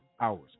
hours